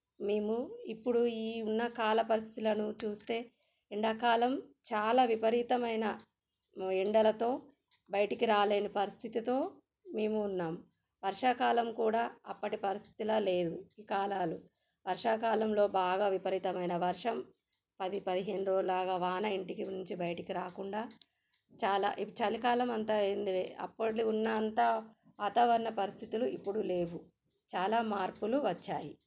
మేము ఇప్పుడు ఈ ఉన్న కాల పరిస్థితిలను చూస్తే ఎండాకాలం చాలా విపరీతమైన ఎండలతో బయటికి రాలేను పరిస్థితితో మేము ఉన్నాం వర్షాకాలం కూడా అప్పటి పరిస్థితుల లేదు ఈ కాలాలు వర్షాకాలంలో బాగా విపరీతమైన వర్షం పది పదిహేను రోజుల ఆగ వాన ఇంటి నుంచి బయటికి రాకుండా చాలా ఇప్పుడు చలికాలం అంత ఏంది అప్పటి ఉన్నంత వాతావరణ పరిస్థితులు ఇప్పుడు లేవు చాలా మార్పులు వచ్చాయి